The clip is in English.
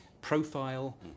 profile